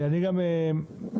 אני גם מציע